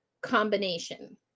combination